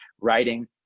writing